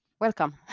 Welcome